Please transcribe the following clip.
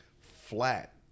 flat